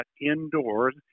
indoors